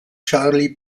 charlie